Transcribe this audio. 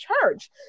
church